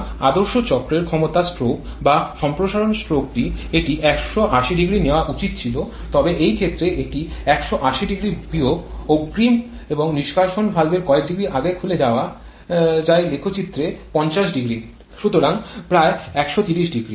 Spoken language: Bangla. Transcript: সুতরাং আদর্শ চক্রের ক্ষমতা স্ট্রোক বা সম্প্রসারণ স্ট্রোকটি এটি ১৮০০ নেওয়া উচিত ছিল তবে এই ক্ষেত্রে এটি ১৮০০ বিয়োগ অগ্রিম এবং নিষ্কাশন ভালভের কয়েক ডিগ্রি আগে খুলে যাওয়া যাই লেখচিত্রে ৫০০ সুতরাং প্রায় ১৩০০